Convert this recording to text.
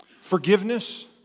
forgiveness